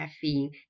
caffeine